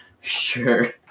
Sure